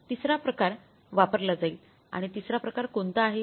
तिसरा प्रकार वापरला जाईल आणि तिसरा प्रकार कोणता आहे